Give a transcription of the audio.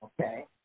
Okay